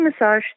massage